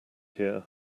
here